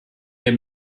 der